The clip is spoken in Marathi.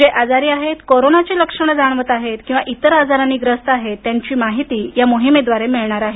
जे आजारी आहेत कोरोनाची लक्षणे जाणवत आहेत किंवा इतर आजारांनी ग्रस्त आहेत त्यांची माहिती या मोहिमेद्वारे मिळणार आहे